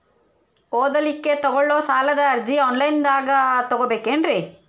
ಓದಲಿಕ್ಕೆ ತಗೊಳ್ಳೋ ಸಾಲದ ಅರ್ಜಿ ಆನ್ಲೈನ್ದಾಗ ತಗೊಬೇಕೇನ್ರಿ?